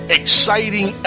exciting